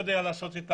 יודע לעשות את העבודה.